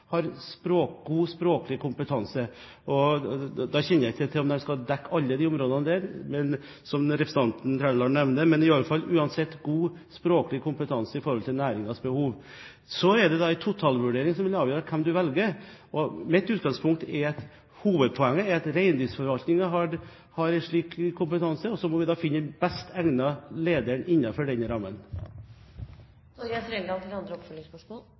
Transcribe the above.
skal dekke alle de områdene som representanten Trældal nevner, men en må i alle fall ha god språklig kompetanse med hensyn til næringens behov. Så er det en totalvurdering som vil avgjøre hvem en velger. Mitt utgangspunkt er at reindriftsforvaltningen har en slik kompetanse, og så må vi finne den best egnede lederen innenfor den rammen.